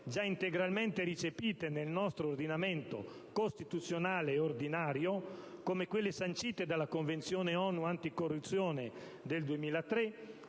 già integralmente recepite nel nostro ordinamento costituzionale e ordinario (come quelle sancite dalla Convenzione ONU anticorruzione del 2003,